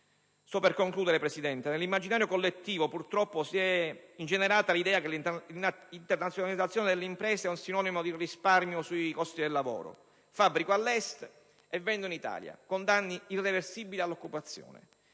e le reti d'impresa. Nell'immaginario collettivo, purtroppo, si è ingenerata l'idea che l'internazionalizzazione delle imprese sia un sinonimo di risparmio sui costi del lavoro: fabbrico all'Est e vendo in Italia, ma con danni irreversibili all'occupazione.